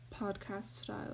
podcast-style